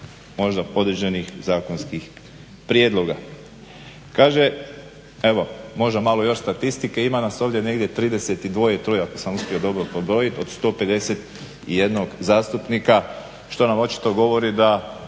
možda određenih zakonskih prijedloga. Kaže evo, možda još malo statistike. Ima nas ovdje negdje 32, 33 ako sam uspio dobro prebrojiti od 151 zastupnika što nam očito govori da